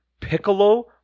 piccolo